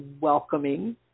welcoming